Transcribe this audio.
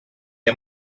est